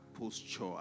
posture